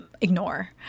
ignore